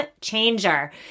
changer